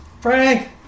Frank